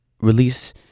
release